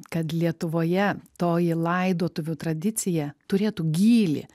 kad lietuvoje toji laidotuvių tradicija turėtų gylį